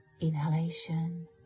inhalation